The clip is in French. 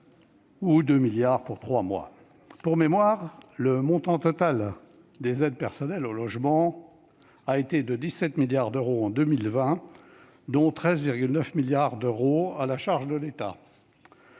ou 2 milliards d'euros pour trois mois. Pour mémoire, le montant total des aides personnelles au logement a été de 17 milliards d'euros en 2020, dont 13,9 milliards d'euros à la charge de l'État.